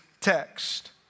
text